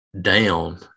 down